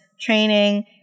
training